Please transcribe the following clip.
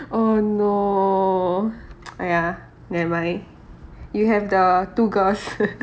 oh no !aiya! nevermind you have the two girls